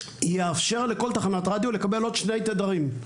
יאפשר לכל תחנת רדיו לקבל עוד 2 תדרים,